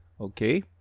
Okay